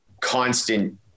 constant –